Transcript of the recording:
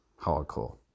Hardcore